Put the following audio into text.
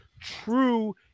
true